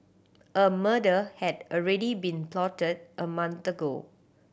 a murder had already been plotted a month ago